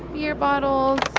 beer bottles,